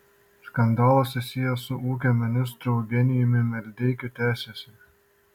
skandalas susijęs su ūkio ministru eugenijumi maldeikiu tęsiasi